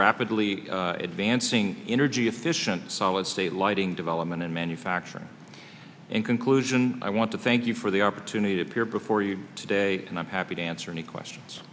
rapidly advancing energy efficient solid state lighting development and manufacturing in conclusion i want to thank you for the opportunity to appear before you today and i'm happy to answer any questions